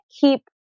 keep